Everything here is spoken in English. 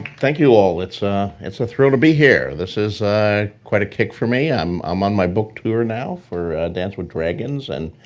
thank you all. it's ah it's a thrill to be here. this is quite a kick for me. i'm um on my book tour now for dance with dragons and